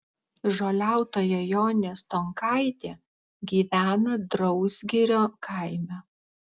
žoliautoja jonė stonkaitė gyvena drausgirio kaime